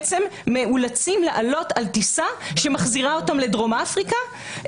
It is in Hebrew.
מאולצים לעלות על טיסה שמחזירה אותם לדרום אפריקה,